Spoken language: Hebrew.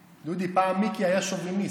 דודי, פעם מיקי היה שוביניסט.